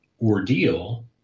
ordeal